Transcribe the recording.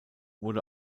wurde